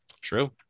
true